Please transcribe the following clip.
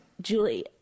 Julie